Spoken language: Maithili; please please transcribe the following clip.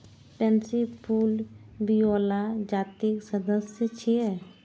पैंसी फूल विओला जातिक सदस्य छियै